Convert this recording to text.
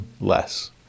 less